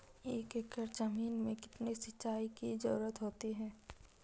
एक एकड़ ज़मीन में कितनी सिंचाई की ज़रुरत होती है?